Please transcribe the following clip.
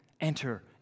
enter